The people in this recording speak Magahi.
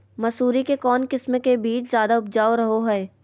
मसूरी के कौन किस्म के बीच ज्यादा उपजाऊ रहो हय?